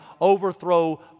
overthrow